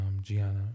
Gianna